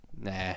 nah